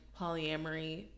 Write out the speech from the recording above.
polyamory